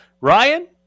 Ryan